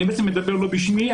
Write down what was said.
אני מדבר לא בשמי,